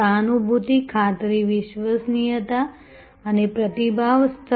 સહાનુભૂતિ ખાતરી વિશ્વસનીયતા અને પ્રતિભાવ સ્તર